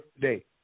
today